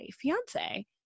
fiance